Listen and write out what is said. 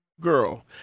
girl